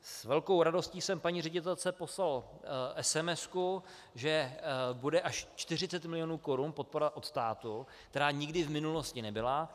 S velkou radostí jsem paní ředitelce poslal esemesku, že bude až 40 milionů korun podpora od státu, která nikdy v minulosti nebyla.